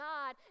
God